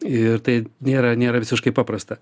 ir tai nėra nėra visiškai paprasta